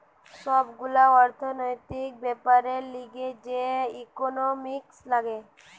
সব গুলা অর্থনৈতিক বেপারের লিগে যে ইকোনোমিক্স লাগে